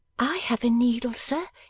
i have a needle, sir,